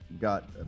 got